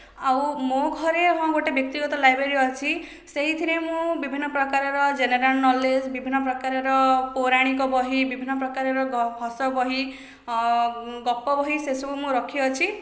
ଆଉ ମୋ ଘରେ ହଁ ଗୋଟିଏ ବ୍ୟକ୍ତିଗତ ଲାଇବ୍ରେରୀ ଅଛି ସେଇଥିରେ ମୁଁ ବିଭିନ୍ନ ପ୍ରକାରର ଜେନେରାଲ ନଲେଜ ବିଭିନ୍ନ ପ୍ରକାରର ପୌରାଣିକ ବହି ବିଭିନ୍ନ ପ୍ରକାରର ହସ ବହି ଗପ ବହି ସେସବୁ ମୁଁ ରଖିଅଛି